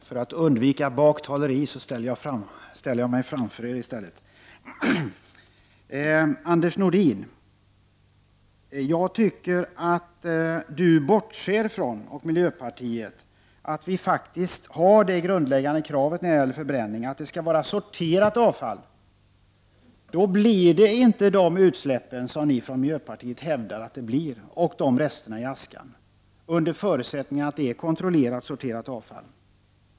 Herr talman! Ja, för att undvika baktaleri ställer jag mig framför er! Anders Nordin! Jag tycker att ni och miljöpartiet bortser ifrån att vi faktiskt när det gäller förbränning har det grundläggande kravet att avfallet skall vara sorterat. Då blir det inte de utsläpp och de rester i askan som ni i miljöpartiet hävdar att det blir, dvs. under förutsättning att det är ett sorterat och kontrollerat avfall.